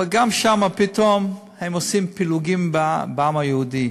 אבל גם שם פתאום הם עושים פילוגים בעם היהודי.